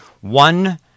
one